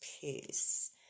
peace